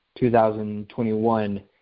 2021